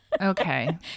Okay